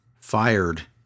fired